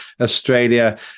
Australia